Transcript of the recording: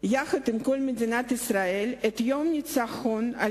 יחד עם כל מדינת ישראל את יום הניצחון על